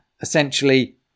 essentially